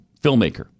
filmmaker